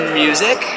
music